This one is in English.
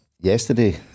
yesterday